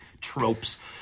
tropes